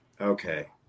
okay